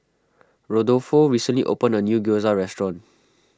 Rodolfo recently opened a new Gyoza restaurant